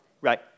Right